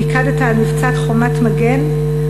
פיקדת על מבצע "חומת מגן",